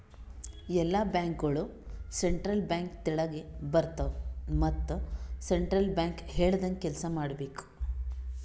ಎಲ್ಲಾ ಬ್ಯಾಂಕ್ಗೋಳು central bank ತೆಳಗೆ ಬರ್ತಾವ ಮತ್ ಸೆಂಟ್ರಲ್ ಬ್ಯಾಂಕ್ ಹೇಳ್ದಂಗೆ ಕೆಲ್ಸಾ ಮಾಡ್ಬೇಕ್